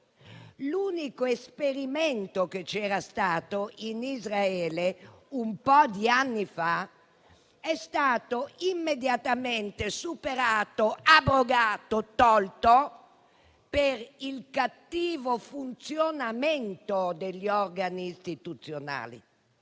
L'unico esperimento che c'era stato in Israele, un po' di anni fa, è stato immediatamente superato, abrogato e tolto per il cattivo funzionamento degli organi istituzionali.